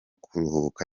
kuruhuka